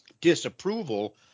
disapproval